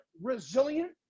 resilient